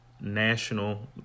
national